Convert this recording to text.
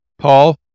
Paul